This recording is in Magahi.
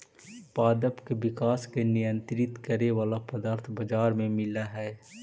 पादप के विकास के नियंत्रित करे वाला पदार्थ बाजार में मिलऽ हई